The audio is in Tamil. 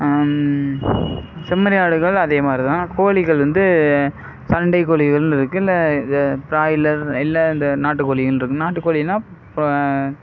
செம்மறி ஆடுகள் அதேமாதிரிதான் கோழிகள் வந்து சண்டை கோழிகள் இருக்கு இல்லை இது பிராயிலர் இல்லை இந்த நாட்டு கோழின்றது நாட்டு கோழினா இப்போ